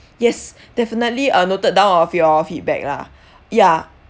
yes definitely uh noted down of your feedback lah ya